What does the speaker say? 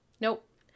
Nope